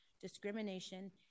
discrimination